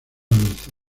dulce